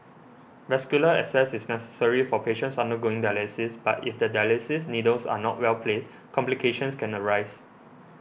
vascular access is necessary for patients undergoing dialysis but if the dialysis needles are not well placed complications can arise